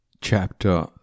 Chapter